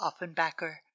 Offenbacher